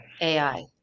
AI